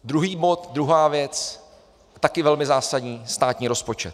Druhý bod, druhá věc, taky velmi zásadní státní rozpočet.